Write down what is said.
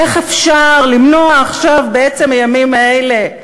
איך אפשר למנוע עכשיו, בעצם הימים האלה,